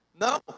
No